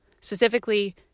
specifically